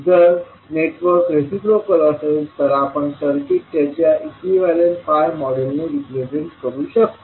जर network reciprocal असेल तर आपण सर्किट त्याच्या इक्विवलेंट pi मॉडेल ने रिप्रेझेंट करू शकतो